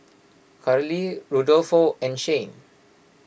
Carli Rudolfo and Shane